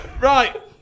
right